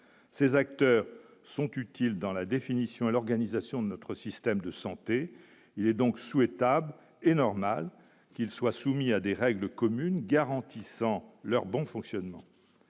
ces acteurs sont utiles dans la définition et l'organisation de notre système de santé, il est donc souhaitable et normal qu'il soit soumis à des règles communes garantissant leur bon fonctionnement,